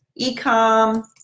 Ecom